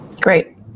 Great